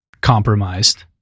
compromised